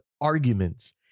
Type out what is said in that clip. arguments